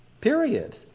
Period